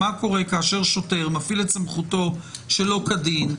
מה קורה כאשר שוטר מפעיל את סמכותו שלא כדין,